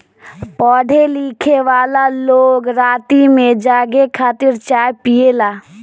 पढ़े लिखेवाला लोग राती में जागे खातिर चाय पियेला